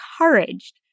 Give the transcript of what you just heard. encouraged